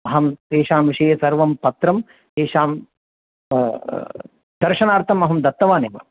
अहं तेषां विषये सर्वं पत्रं तेषां दर्शनार्थमहं दत्तवानेव